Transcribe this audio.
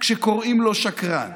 כשקוראים לו שקרן.